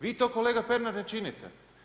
Vi to, kolega Pernar ne činite.